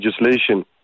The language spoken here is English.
legislation